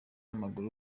w’umupira